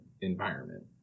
environment